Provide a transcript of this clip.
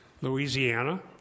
Louisiana